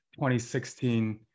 2016